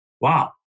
wow